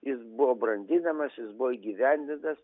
jis buvo brandinamas jis buvo įgyvendintas